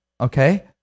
Okay